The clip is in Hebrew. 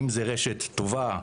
אם זו רשת טובה,